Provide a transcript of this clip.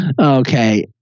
Okay